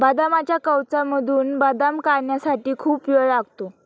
बदामाच्या कवचामधून बदाम काढण्यासाठी खूप वेळ लागतो